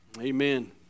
Amen